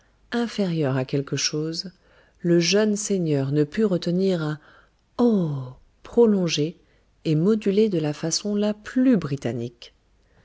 inférieur à quelque chose le jeune seigneur ne put retenir un oh prolongé et modulé de la façon la plus britannique